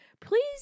please